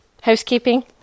housekeeping